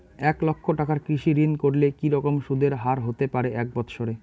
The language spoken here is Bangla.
এক লক্ষ টাকার কৃষি ঋণ করলে কি রকম সুদের হারহতে পারে এক বৎসরে?